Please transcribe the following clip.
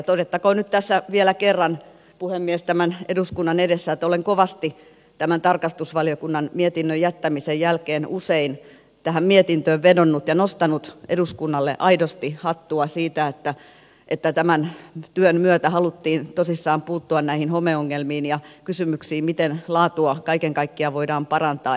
todettakoon nyt tässä vielä kerran puhemies tämän eduskunnan edessä että olen kovasti tämän tarkastusvaliokunnan mietinnön jättämisen jälkeen usein tähän mietintöön vedonnut ja nostanut eduskunnalle aidosti hattua siitä että tämän työn myötä haluttiin tosissaan puuttua näihin homeongelmiin ja kysymyksiin miten laatua kaiken kaikkiaan voidaan parantaa